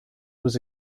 was